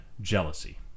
jealousy